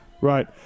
Right